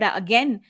again